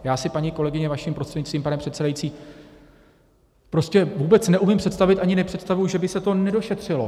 Já si, paní kolegyně, vaším prostřednictvím, pane předsedající, prostě vůbec neumím představit, ani nepředstavuji, že by se to nedošetřilo.